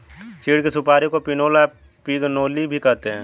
चीड़ की सुपारी को पिनोली या पिगनोली भी कहते हैं